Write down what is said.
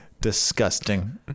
Disgusting